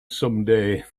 someday